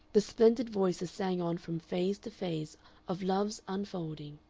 the splendid voices sang on from phase to phase of love's unfolding,